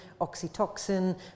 oxytocin